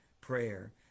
prayer